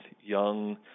young